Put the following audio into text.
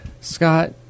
Scott